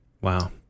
Wow